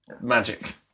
magic